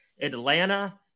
Atlanta